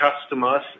customers